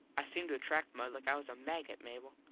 i seem to attract mud like i was a maggot, mable.